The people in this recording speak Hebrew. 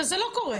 וזה לא קורה.